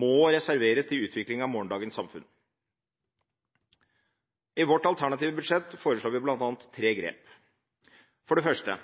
må reserveres til utvikling av morgendagens samfunn. I vårt alternative budsjett foreslår vi bl.a. tre grep, for det første: